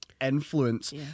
influence